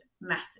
massive